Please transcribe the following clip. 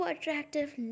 attractive